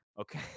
okay